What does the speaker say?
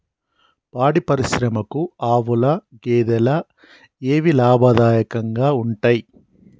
పాడి పరిశ్రమకు ఆవుల, గేదెల ఏవి లాభదాయకంగా ఉంటయ్?